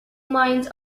mines